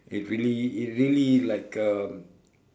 it really it really like um